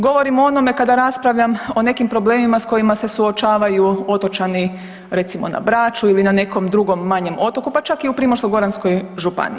Govorim o onome kada raspravljam o nekim problemima s kojima se suočavaju otočani recimo na Braču ili na nekom drugom manjem otoku, pa čak i u Primorsko-goranskoj županiji.